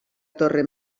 torre